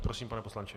Prosím, pane poslanče.